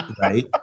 Right